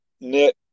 knit